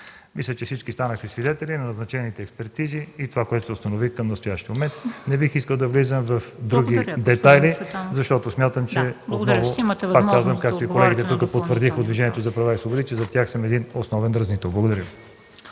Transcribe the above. Мисля, че всички станахте свидетели на назначените експертизи и това, което се установи към настоящия момент. Не бих искал да влизам в други детайли, защото смятам, пак казвам: както и колегите от Движението за права и свободи тук потвърдиха, че за тях съм един основен дразнител. Благодаря.